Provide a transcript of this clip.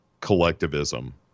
collectivism